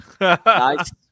Nice